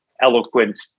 eloquent